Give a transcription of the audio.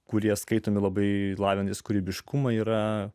kurie skaitomi labai lavinti kūrybiškumą yra